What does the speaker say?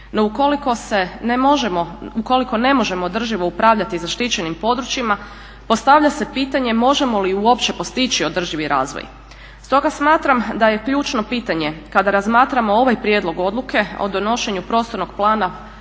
no ukoliko ne možemo održivo upravljati zaštićenim područjima postavlja se pitanje možemo li uopće postići održivi razvoj. Stoga smatram da je ključno pitanje kada razmatramo ovaj prijedlog odluke o donošenju Prostornog plana